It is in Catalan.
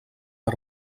per